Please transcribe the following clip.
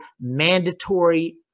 mandatory